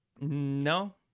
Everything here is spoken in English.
no